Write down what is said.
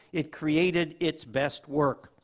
it created its best work.